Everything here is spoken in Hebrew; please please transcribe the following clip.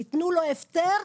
יתנו לו הפטר,